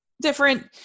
different